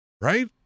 right